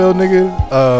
nigga